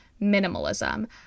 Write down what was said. minimalism